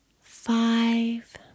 five